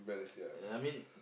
ya I mean